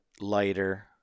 lighter